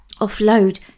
Offload